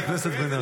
חברת הכנסת בן ארי.